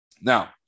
Now